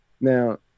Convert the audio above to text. Now